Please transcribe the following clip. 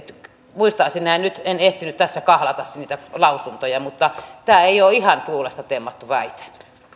muistaisin näin nyt en ehtinyt tässä kahlata niitä lausuntoja mutta tämä ei ole ihan tuulesta temmattu väite